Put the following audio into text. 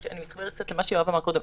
שאני מתחברת קצת למה שיואב אמר קודם.